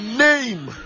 name